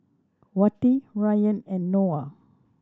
Wati Ryan and Noah